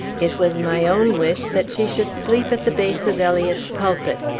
it was my own wish that she should sleep at the base of eliot's pulpit,